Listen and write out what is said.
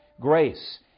grace